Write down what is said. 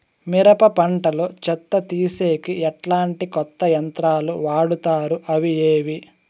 మిరప పంట లో చెత్త తీసేకి ఎట్లాంటి కొత్త యంత్రాలు వాడుతారు అవి ఏవి?